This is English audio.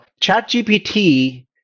ChatGPT